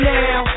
now